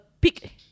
peak